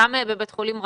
גם בבית חולים רמב"ם,